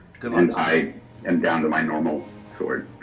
and i am down to my normal sword